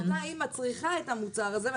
ואותה אמא צריכה את המוצר הזה,